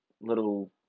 little